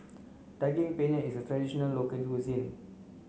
daging penyet is a traditional local cuisine